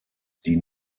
die